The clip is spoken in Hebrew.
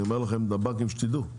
אני אומר לכם, לבנקים, שתדעו,